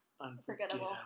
Unforgettable